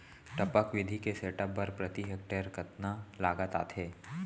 टपक विधि के सेटअप बर प्रति हेक्टेयर कतना लागत आथे?